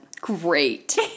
Great